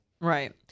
Right